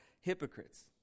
hypocrites